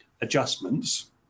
adjustments